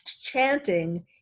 chanting